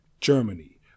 germany